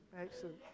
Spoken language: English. Excellent